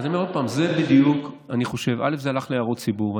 זה הלך להערות ציבור.